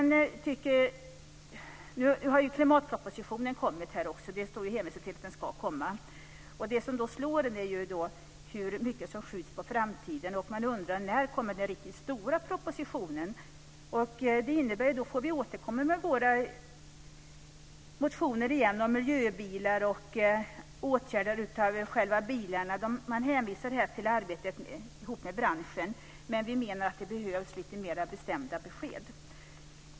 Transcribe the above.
Nu har klimatpropositionen lagts fram. Det har ju hänvisats till att den ska läggas fram. Det som är slående är hur mycket som skjuts på framtiden. När kommer den riktigt stora propositionen? Då får vi återkomma med våra motioner om miljöbilar. Det hänvisas här till samarbetet med branschen, men vi menar att det behövs mer bestämda besked.